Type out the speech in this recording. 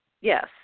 Yes